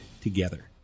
together